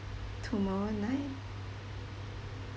tomorrow night